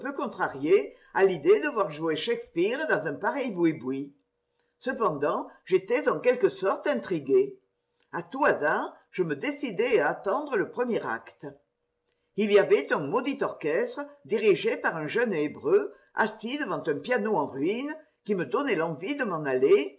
contrarié à l'idée de voir jouer shakespeare dans un pareil boui boui cependant j'étais en quelque sorte intrigué a tout hasard je me décidai à attendre le premier acte il y avait un maudit orchestre dirigé par un jeune hébreu assis devant un piano en ruine qui me donnait l'envie de m'en aller